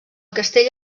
castell